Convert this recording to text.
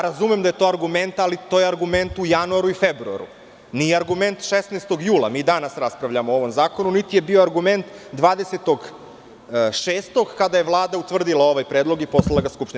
Razumem da je to argument, ali je to argument u januaru i februaru, nije argument 16. jula, danas raspravljamo o ovom zakonu, niti je bio argument 20. juna, kada je Vlada utvrdila ovaj predlog i poslala ga Skupštini.